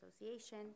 Association